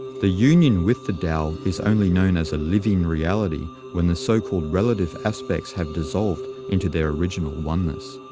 the union with the tao is only known as a living reality when the so-called relative aspects have dissolved into their original oneness.